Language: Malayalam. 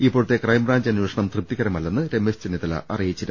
ഇപ്പോഴത്തെ ക്രൈംബ്രാഞ്ച് അന്വേഷണം തൃപ്തികരമല്ലെന്ന് രമേശ് ചെന്നിത്തല അറിയിച്ചിരുന്നു